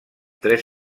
tres